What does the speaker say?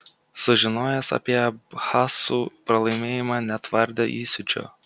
sužinojęs apie abchazų pralaimėjimą netvardė įsiūčio